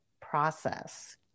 process